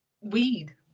weed